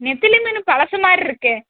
நெத்திலி மீன் பழசு மாரிருக்கே